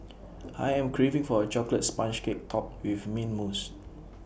I am craving for A Chocolate Sponge Cake Topped with Mint Mousse